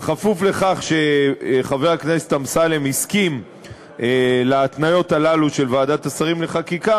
בכפוף לכך שחבר הכנסת אמסלם הסכים להתניות הללו של ועדת השרים לחקיקה,